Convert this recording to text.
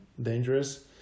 dangerous